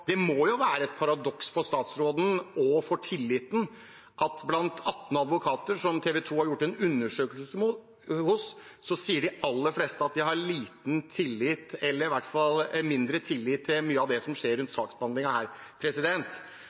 det må jo være et paradoks for statsråden og for tilliten at av 18 advokater i en undersøkelse som TV 2 har gjort, sier de aller fleste at de har liten tillit eller i hvert fall mindre tillit til mye av det som skjer rundt